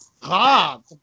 God